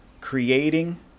creating